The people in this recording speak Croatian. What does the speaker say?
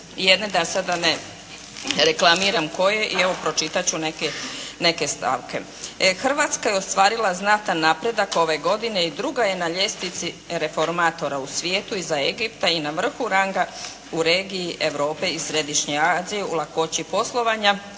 jedne da sada ne reklamiram koje i evo pročitat ću neke stavke. Hrvatske je ostvarila znatan napredak ove godine i druga je na ljestvici reformatora u svijetu iza Egipta i na vrhu ranga u regiji Europe i središnje Azije u lakoći poslovanja